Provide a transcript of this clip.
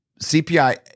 CPI